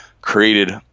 created